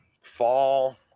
fall